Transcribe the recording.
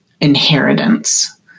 inheritance